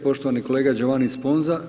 Poštovani kolega Giovanni Sponza.